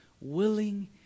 willing